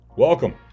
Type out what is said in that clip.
Welcome